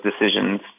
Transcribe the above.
decisions